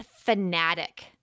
fanatic